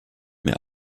mir